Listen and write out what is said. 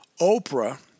Oprah